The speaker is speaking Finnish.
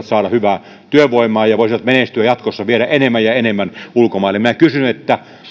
saada hyvää työvoimaa ja voisivat menestyä jatkossa viedä enemmän ja enemmän ulkomaille minä kysyn